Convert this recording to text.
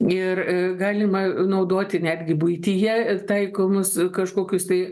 ir galima naudoti netgi buityje taikomus kažkokius tai